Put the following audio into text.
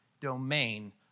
domain